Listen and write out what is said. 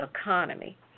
economy